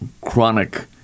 chronic